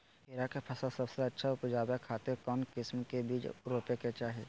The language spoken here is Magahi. खीरा के फसल सबसे अच्छा उबजावे खातिर कौन किस्म के बीज रोपे के चाही?